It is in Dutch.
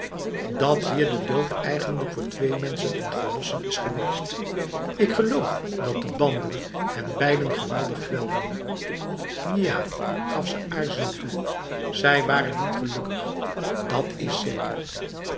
dat hier de dood eigenlijk voor twee mensen een verlossing is geweest ik geloof dat de banden hen beiden geweldig kwelden jab gaf ze aarzelend toe zij waren niet gelukkig dat is zekerf